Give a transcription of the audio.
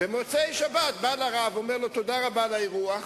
נדמה לי שלא מאוחר לעשות את זה, ומספר הבעיות